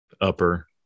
upper